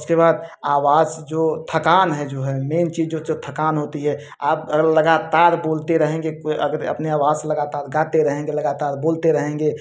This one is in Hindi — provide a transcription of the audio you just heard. उसके बाद आवाज़ जो थकान है जो है मेन चीज़ जो जो थकान होती है आप अगर लगातार बोलते रहेंगे कोई अगर अपने आवाज़ लगातार गाते रहेंगे लगातार बोलते रहेंगे